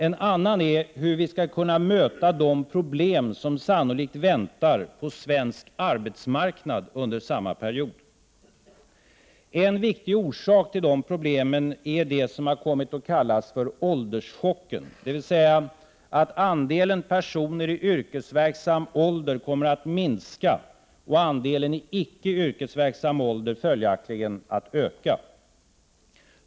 En annan är hur vi skall kunna möta de problem som sannolikt väntar på svensk arbetsmarknad under samma period. En viktig orsak till dem är det som kommit att kallas ”ålderschocken”, dvs. att andelen personer i yrkesverksam ålder kommer att minska och andelen i icke yrkesverksam ålder följaktligen att öka.